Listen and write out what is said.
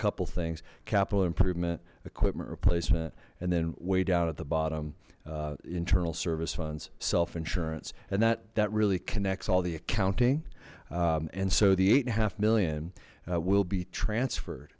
couple things capital improvement equipment replacement and then way down at the bottom internal service funds self insurance and that that really connects all the accounting and so the eight and a half million will be transferred